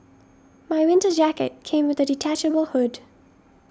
my winter jacket came with a detachable hood